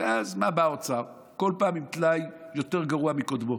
ואז בא האוצר כל פעם עם טלאי יותר גרוע מקודמו.